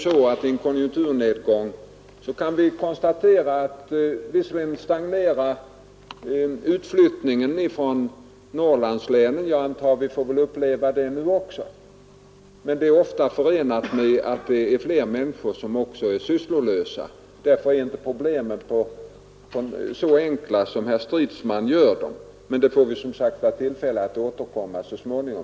Vid en konjunkturnedgång kan vi konstatera att visserligen stagnerar utflyttningen från Norrlandslänen — jag antar att vi får uppleva det nu också — men tyvärr är detta ofta förenat med att flera människor också är sysslolösa. Därför är problemen inte så enkla som herr Stridsman vill göra dem. Men till detta får vi, som sagt, tillfälle att återkomma så småningom.